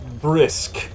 brisk